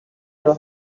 your